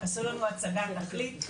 עשו לנו הצגת תכלית,